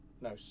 No